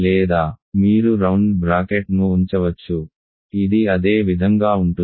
లేదా మీరు రౌండ్ బ్రాకెట్ను ఉంచవచ్చు ఇది అదే విధంగా ఉంటుంది